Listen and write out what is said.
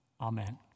Amen